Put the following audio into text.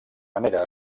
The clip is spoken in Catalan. manera